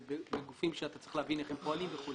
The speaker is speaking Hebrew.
בגופים שאתה צריך להבין איך הם פועלים וכולי.